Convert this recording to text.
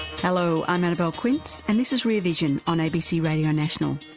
hello, i'm annabelle quince and this is rear vision on abc radio national.